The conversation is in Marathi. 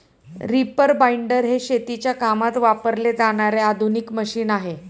रीपर बाइंडर हे शेतीच्या कामात वापरले जाणारे आधुनिक मशीन आहे